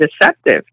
deceptive